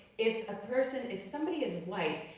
if a person, if somebody is white,